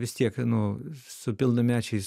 vis tiek nu su pilnamečiais